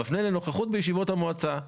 מפנה לנוכחות בישיבות המועצה.